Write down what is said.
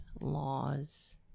laws